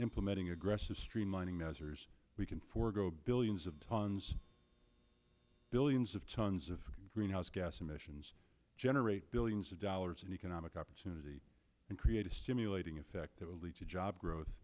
implementing aggressive streamlining measures we can forego billions of tons billions of tons of greenhouse gas emissions generate billions of dollars in economic opportunity and create a stimulating effect